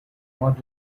not